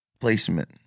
placement